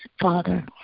Father